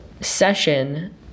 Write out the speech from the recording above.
session